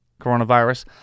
coronavirus